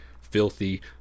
filthy